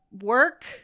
work